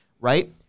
Right